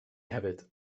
hefyd